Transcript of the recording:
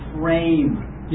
frame